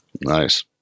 Nice